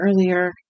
earlier